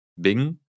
Bing